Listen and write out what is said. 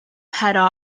pero